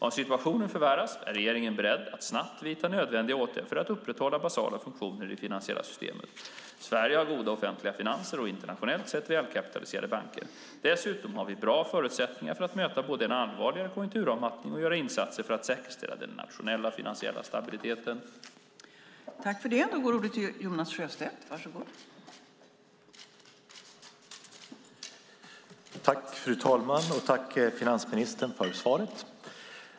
Om situationen förvärras är regeringen beredd att snabbt vidta nödvändiga åtgärder för att upprätthålla basala funktioner i det finansiella systemet. Sverige har goda offentliga finanser och internationellt sett välkapitaliserade banker. Dessutom har vi bra förutsättningar både för att möta en allvarligare konjunkturavmattning och för att göra insatser för att säkerställa den nationella finansiella stabiliteten.